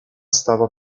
stava